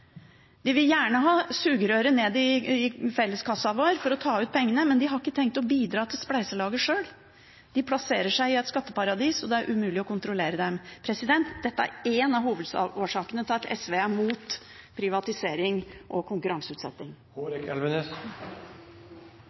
De vil gjerne ha sugerøret ned i felleskassa vår for å ta ut pengene, men de har ikke tenkt å bidra til spleiselaget sjøl. De plasserer seg i et skatteparadis, og det er umulig å kontrollere dem. Dette er en av hovedårsakene til at SV er imot privatisering og konkurranseutsetting.